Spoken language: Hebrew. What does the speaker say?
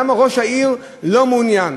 למה ראש העיר לא מעוניין,